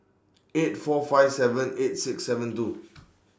eight four five seven eight six seven two